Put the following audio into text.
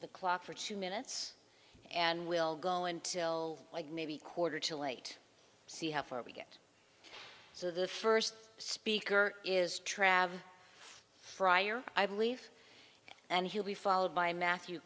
the clock for two minutes and we'll go until like maybe quarter till eight see how far we get so the first speaker is traveling friar i believe and he'll be followed by matthew